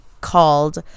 called